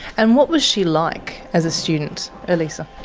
and what was she like as a student, elisa?